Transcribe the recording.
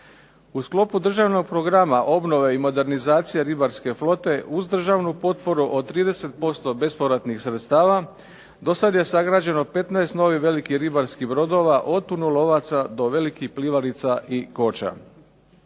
U sklopu državnog programa obnove i modernizacije ribarske flote uz državnu potporu od 30% bespovratnih sredstava dosad je sagrađeno 15 novih velikih ribarskih brodova od tunolovaca do velikih plivarica i koća.